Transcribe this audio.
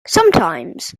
sometimes